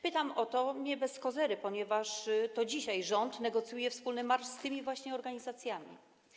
Pytam o to nie bez kozery, ponieważ to dzisiaj rząd negocjuje wspólny marsz właśnie z tymi organizacjami.